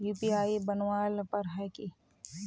UPI बनावेल पर है की?